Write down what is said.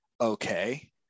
okay